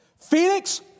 Felix